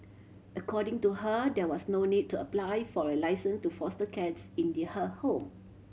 according to her there was no need to apply for a licence to foster cats in they her home